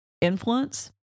influence